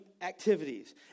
activities